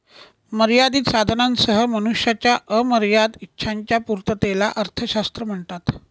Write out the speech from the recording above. मर्यादित साधनांसह मनुष्याच्या अमर्याद इच्छांच्या पूर्ततेला अर्थशास्त्र म्हणतात